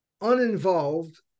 uninvolved